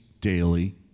daily